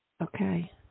Okay